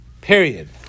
Period